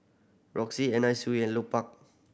Roxy Anna Sui and Lupark